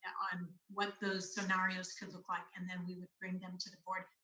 on what those scenarios could look like, and then we would bring them to the board,